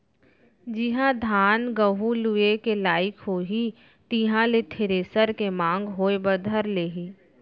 जिहॉं धान, गहूँ लुए के लाइक होही तिहां ले थेरेसर के मांग होय बर धर लेही